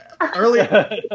Earlier